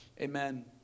Amen